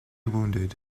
wounded